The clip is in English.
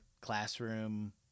classroom